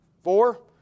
Four